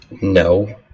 No